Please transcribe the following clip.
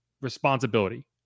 responsibility